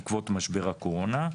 בעקבות משבר הקורונה,